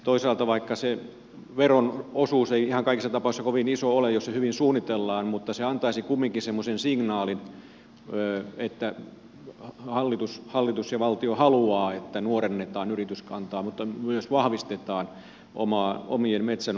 toisaalta vaikka se veron osuus ei ihan kaikissa tapauksissa kovin iso ole jos se hyvin suunnitellaan niin se antaisi kumminkin semmoisen signaalin että hallitus ja valtio haluaa että nuorennetaan yrityskantaa mutta myös vahvistetaan omien metsien pääomia